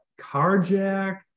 carjacked